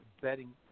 betting